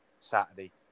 Saturday